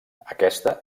aquesta